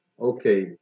Okay